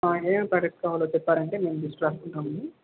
ఏమేమి ప్రొడక్ట్స్ కావాలో చెప్పారంటే మేము లిస్ట్ రాసుకుంటాము